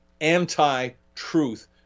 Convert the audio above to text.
anti-truth